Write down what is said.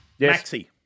Maxi